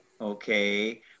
Okay